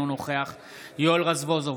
אינו נוכח יואל רזבוזוב,